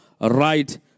right